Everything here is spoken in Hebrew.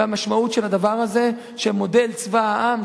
והמשמעות של הדבר הזה היא שמודל צבא העם,